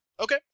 Okay